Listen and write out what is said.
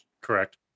correct